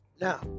Now